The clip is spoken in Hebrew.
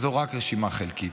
זו רק רשימה חלקית.